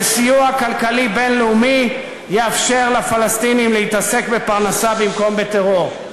וסיוע כלכלי בין-לאומי יאפשר לפלסטינים להתעסק בפרנסה במקום בטרור.